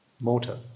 motor